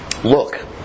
Look